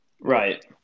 Right